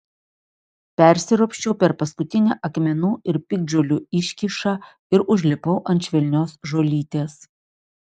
persiropščiau per paskutinę akmenų ir piktžolių iškyšą ir užlipau ant švelnios žolytės